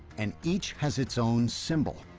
and each has its own symbol.